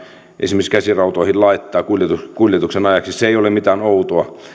esimerkiksi käsirautoihin laittaa kuljetuksen ajaksi se ei ole mitään outoa